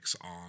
on